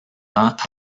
ans